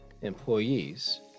employees